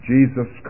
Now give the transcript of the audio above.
Jesus